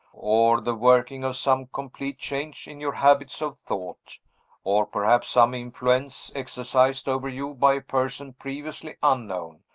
or the working of some complete change in your habits of thought or perhaps some influence exercised over you by a person previously unknown,